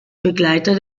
begleiter